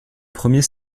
premier